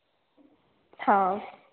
वहाँ अच्छी क्वालिटी का मिलता है